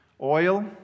oil